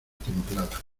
templada